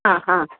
ആ ആ